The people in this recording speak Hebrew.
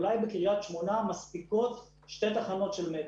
ואולי בקריית שמונה מספיקות שתי תחנות של מטרו.